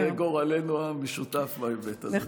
זה גורלנו המשותף בהיבט הזה.